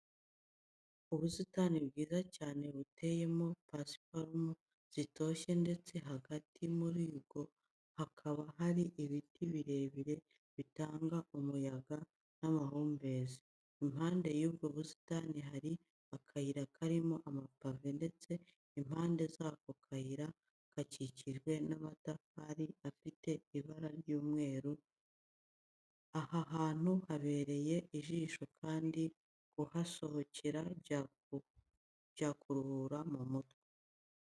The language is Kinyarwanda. Ubusitani bwiza cyane buteyemo pasiparumu zitoshye ndetse hagati muri bwo hakaba hari ibiti birebire bitanga umuyaga n'amahumbezi. Impande y'ubwo busitani hari akayira karimo amapave ndetse impande z'ako kayira hakikijwe n'amatafari afite ibara ry'umukara n'umweru. Aha hantu habereye ijisho kandi kuhasohokera byakuruhura mu mutwe.